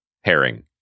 herring